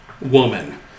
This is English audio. woman